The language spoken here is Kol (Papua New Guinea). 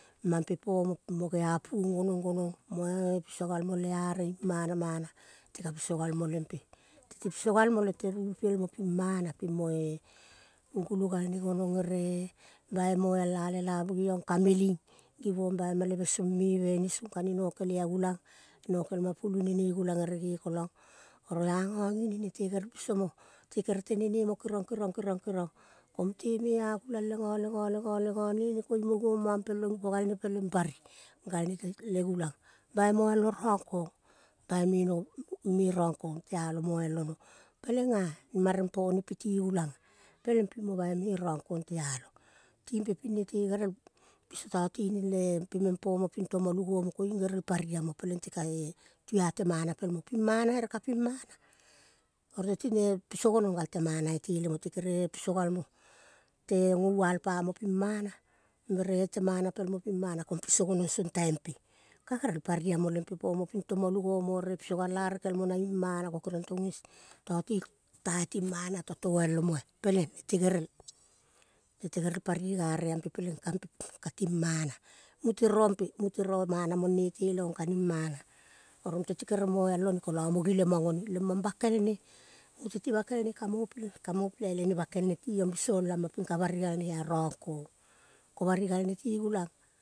Te kere noialo tatining tane. Ka noialo tatining konteti piso a totining bikolo timana. Piso gal te mana pelmo pimana. Ka piso gal tatinging le are mo ka piso galmu lema pimo geapuong gonong, gonong. Nete piso tai tatining le te mana pel mo pi. Mana pi nete kere noial omo komo gulo galne gonong. Gule galne gonong. Ka bakelne bere ka ge gulang kango tereng mo gulo galne le gulang. Oro te ka piso a tatining biloko ti geapuong, ko geanong, ko geaong, ko mute ti bai gopo ti penelve nang ka raivonoi binso mo lempea ko gerel bali gare peleng munge ka runtong itele mo. Temana pelmo pi mana ere kapimana teti piso a tatininig lete mana pimana piso galmo. Te ka piso galmo le are mo ka piso galmo lempene pomo pimo geapuong. Anga ngining ko mute gerel moial one ko mute kere naima komo bakel ne mang geong na me agulang lenga, lenga, lenga, lengane ne koiung mo givong bari galne ti umbul le gulang ko mange moial ono. Konteti piso gonong song taimp. Piso gonong song tai tatining timana. Timo lukauti lene song gonong song tai tatining timana. Timo lukauti lene song gonong le ore gulo galne le gulang moal akale alelavu meve ne kane nokele a gulang. Nokel te kaninga agulang ere gekelang, gekelang. Konte ka piso tatining meng lempe pinge.